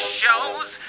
shows